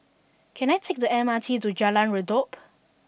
can I take the M R T to Jalan Redop